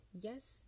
Yes